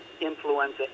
influenza